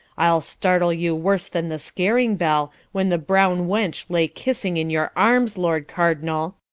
ile startle you worse then the sacring bell, when the browne wench lay kissing in your armes, lord cardinall